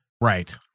Right